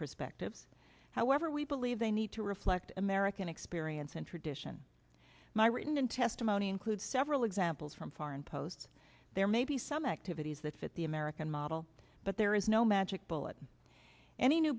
perspectives however we believe they need to reflect american experience and tradition my written testimony includes several examples from foreign posts there may be some activities that fit the american model but there is no magic bullet any new